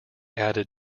added